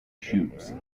shoots